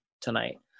tonight